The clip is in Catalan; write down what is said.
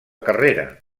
carrera